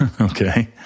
Okay